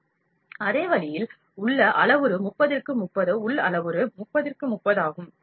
எனவே அதே வழியில் உள் அளவுரு 30 திற்கு 30 உள் அளவுரு 30 திற்கு 30 ஆகும்